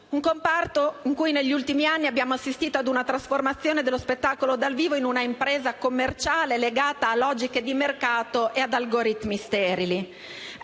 dal vivo; negli ultimi anni abbiamo assistito a una trasformazione del comparto in un'impresa commerciale legata a logiche di mercato e ad algoritmi sterili.